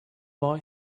boy